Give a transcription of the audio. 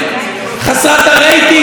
חסרת הרייטינג,